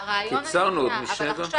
אבל עכשיו,